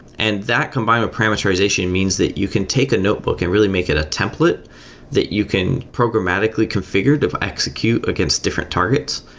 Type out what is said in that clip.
and that combined with parameterization means that you can take a notebook and really make it a template that you can programmatically configure to execute against different targets,